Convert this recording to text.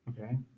Okay